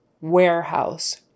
warehouse